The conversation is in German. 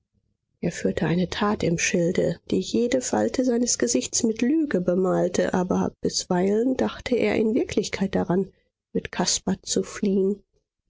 er führte eine tat im schilde die jede falte seines gesichts mit lüge bemalte aber bisweilen dachte er in wirklichkeit daran mit caspar zu fliehen